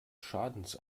schadens